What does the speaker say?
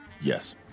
yes